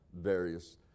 various